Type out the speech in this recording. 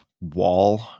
wall